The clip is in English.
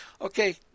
Okay